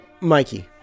Mikey